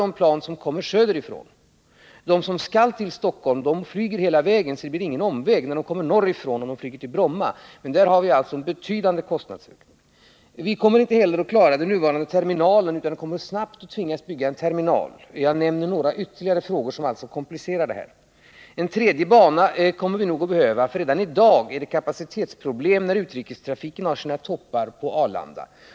De plan som kommer norrifrån och skall till Stockholm flyger hela vägen, varför det inte blir någon omväg för dem då de flyger till Bromma. Här skulle det alltså bli en betydande kostnadsökning. Vi kommer inte heller att klara oss med den nuvarande terminalen utan kommer att snart bli tvungna att bygga en ny terminal. Jag har sagt detta bara för att nämna ytterligare några frågor som komplicerar det hela. Vi kommer antagligen att behöva en tredje bana, ty redan i dag är det kapacitetsproblem när utrikestrafiken har sina toppar på Arlanda.